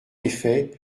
effet